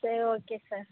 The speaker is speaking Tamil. சரி ஓகே சார்